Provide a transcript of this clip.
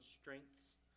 strengths